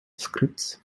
scripts